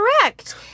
correct